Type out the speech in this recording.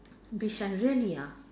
bishan really ah